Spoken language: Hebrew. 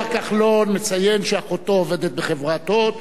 השר כחלון מציין שאחותו עובדת בחברת "הוט",